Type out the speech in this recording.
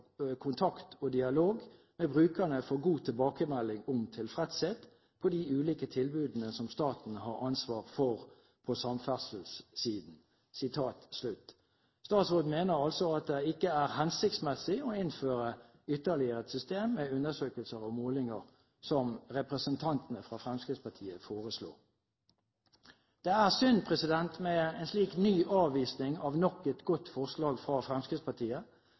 kontakt og dialog med brukerne får god tilbakemelding om tilfredsheten med de like tilbudene som staten har ansvar for på samferdselssiden.» Statsråden mener altså at det ikke er hensiktsmessig å innføre ytterligere et system med undersøkelser og målinger, som representantene fra Fremskrittspartiet foreslår. Det er synd med en slik ny avvisning av nok et godt forslag fra Fremskrittspartiet.